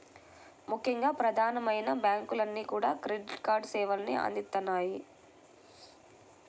ముఖ్యంగా ప్రధానమైన బ్యాంకులన్నీ కూడా క్రెడిట్ కార్డు సేవల్ని అందిత్తన్నాయి